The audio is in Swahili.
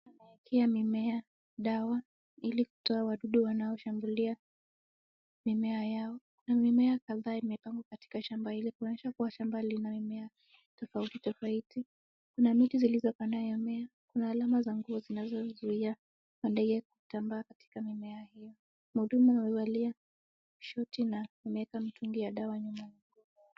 Kupigia mimea dawa ili kutoa wadudu wanaoshambulia mimea yao. Kuna mimea kadhaa imepandwa katika shamba hili kuonyesha kuwa shamba lina mimea tofauti tofauti . Kuna miti zilizopandwa ya mea na alama za nguo zinazozuia mandege kutambaa katika mimea hiyo. Mhudumu amevalia shoti na ameweka mtungi ya dawa nyuma.